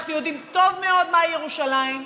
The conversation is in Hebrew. אנחנו יודעים טוב מאוד מהי ירושלים.